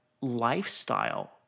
lifestyle